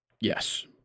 Yes